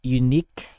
unique